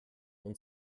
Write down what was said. und